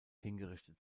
hingerichtet